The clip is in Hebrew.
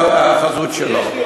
החזות שלו.